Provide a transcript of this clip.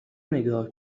نگاه